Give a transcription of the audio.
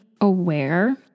aware